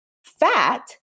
Fat